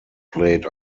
played